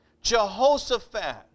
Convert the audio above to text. Jehoshaphat